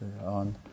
on